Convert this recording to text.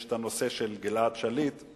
יש הנושא של גלעד שליט,